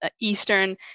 Eastern